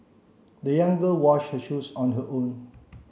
the young girl washed her shoes on her own